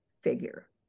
figure